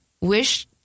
wish